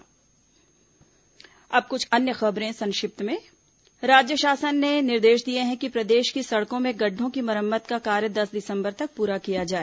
संक्षिप्त समाचार अब कुछ अन्य खबरें संक्षिप्त में राज्य शासन ने निर्देश दिए हैं कि प्रदेश की सड़कों में गड़ढ़ो की मरम्मत का कार्य दस दिसंबर तक प्रा किया जाए